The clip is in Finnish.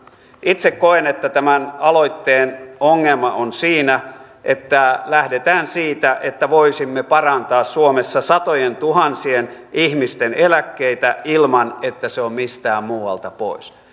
itse koen että tämän aloitteen ongelma on siinä että lähdetään siitä että voisimme parantaa suomessa satojentuhansien ihmisten eläkkeitä ilman että se on mistään muualta pois